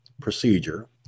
procedure